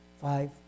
five